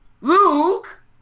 Luke